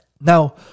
Now